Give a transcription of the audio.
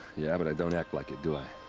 yeah, but i don't act like it, do i?